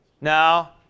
Now